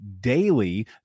daily